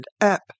app